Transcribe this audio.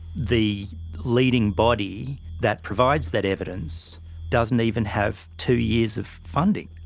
the leading body that provides that evidence doesn't even have two years of funding.